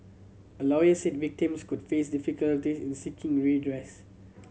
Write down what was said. a lawyer said victims could face difficulty in seeking redress